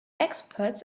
experts